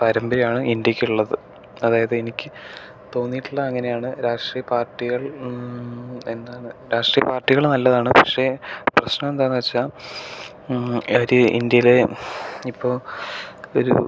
പാരമ്പര്യമാണ് ഇന്ത്യക്കുള്ളത് അതായത് എനിക്ക് തോന്നിയിട്ടുള്ളത് അങ്ങനെയാണ് രാഷ്ട്രീയ പാർട്ടികൾ എന്താണ് രാഷ്ട്രീയ പാർട്ടികൾ നല്ലതാണ് പക്ഷെ പ്രശ്നം എന്താന്ന് വെച്ചാൽ ഒരു ഇന്ത്യയിലെ ഇപ്പോൾ ഒരു